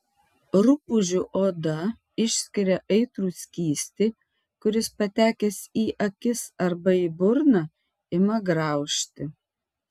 rupūžių oda išskiria aitrų skystį kuris patekęs į akis arba į burną ima graužti